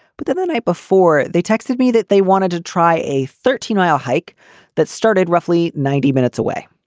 but then the night before, they texted me that they wanted to try a thirteen mile hike that started roughly ninety minutes away.